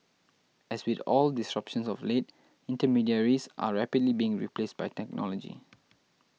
as with all disruptions of late intermediaries are rapidly being replaced by technology